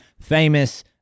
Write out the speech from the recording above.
famous